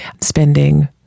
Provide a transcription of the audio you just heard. spending